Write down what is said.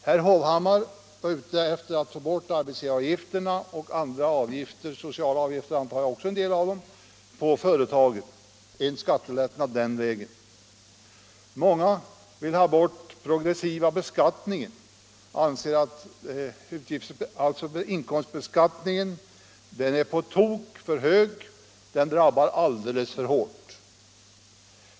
Herr Hovhammar var ute efter att få bort arbetsgivaravgifterna och andra avgifter — också en del av de sociala avgifterna, antar jag —- på företagen så att det blir en skattelättnad den vägen. Många vill ha bort den progressiva beskattningen och anser att inkomstbeskattningen är på tok för hög och drabbar alldeles för hårt.